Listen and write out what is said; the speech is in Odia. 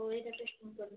ହଉ ଏଇଟା ପ୍ୟାକିଂ କରିଦିଅ